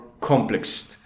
complex